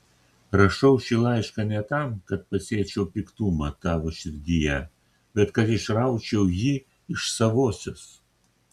rašau šį laišką ne tam kad pasėčiau piktumą tavo širdyje bet kad išraučiau jį iš savosios